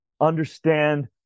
understand